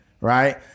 right